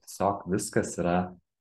tiesiog viskas yra